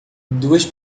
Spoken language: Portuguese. duas